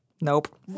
Nope